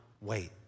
wait